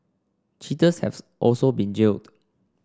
cheaters has also been jailed